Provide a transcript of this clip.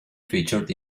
featured